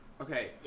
Okay